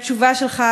אדוני השר.